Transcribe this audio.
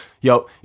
yo